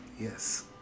yes